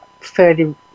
fairly